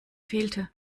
fehlte